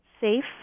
safe